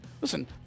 Listen